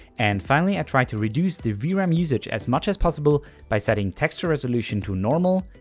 and finally, i tried to reduce the vram usage as much as possible by setting texture resolution to normal,